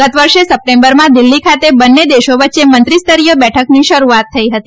ગત વર્ષે સપ્ટેમ્બરમાં દિલ્હી ખાતે બંને દેશો વચ્ચે મંત્રીસ્તરીય શરૂઆત થઇ હતી